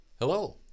Hello